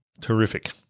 Terrific